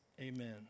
amen